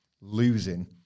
losing